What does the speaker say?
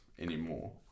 anymore